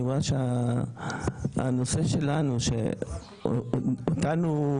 אני רואה שהנושא שלנו שאותנו הוא